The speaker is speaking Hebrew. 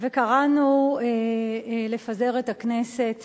וקראנו לפזר את הכנסת